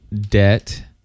Debt